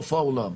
סוף העולם.